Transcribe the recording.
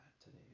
today